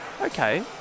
okay